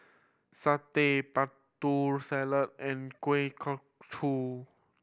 satay Putri Salad and Kuih Kochi